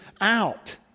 out